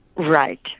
Right